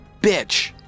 bitch